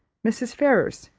mrs. ferrars,